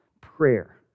prayer